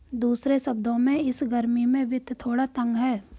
दूसरे शब्दों में, इस गर्मी में वित्त थोड़ा तंग है